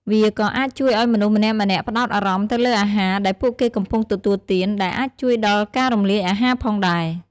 វាក៏អាចជួយឱ្យមនុស្សម្នាក់ៗផ្តោតអារម្មណ៍ទៅលើអាហារដែលពួកគេកំពុងទទួលទាន ដែលអាចជួយដល់ការរំលាយអាហារផងដែរ។